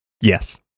Yes